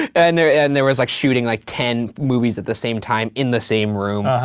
and there and there was like shooting like ten movies at the same time, in the same room. ah huh.